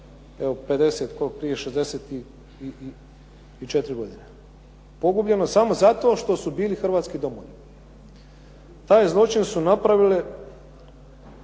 dakle prije 64 godine. Pogubljeno samo zato što su bili hrvatski domoljubi. Taj zločin su napravile